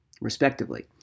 respectively